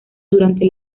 durante